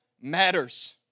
matters